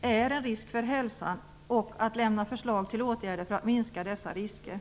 en risk för hälsan och att lämna förslag till åtgärder för att minska dessa risker.